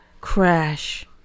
crash